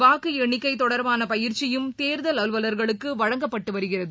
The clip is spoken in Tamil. வாக்கு எண்ணிக்கை தொடர்பான பயிற்சியும் தேர்தல் அலுவலர்களுக்கு வழங்கப்பட்டு வருகிறது